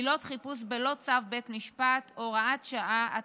(עילות חיפוש בלא צו בית משפט) (הוראת שעה),